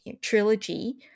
trilogy